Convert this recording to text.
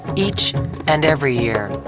each and every year.